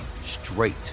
straight